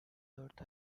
dört